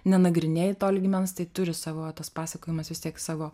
nenagrinėji to lygmens tai turi savo tas pasakojimas vis tiek savo